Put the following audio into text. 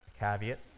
caveat